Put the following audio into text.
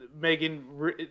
Megan